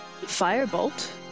firebolt